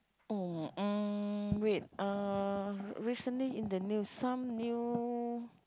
oh mm wait uh recently in the news some new